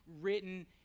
written